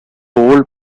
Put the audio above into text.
old